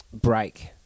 Break